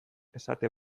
esate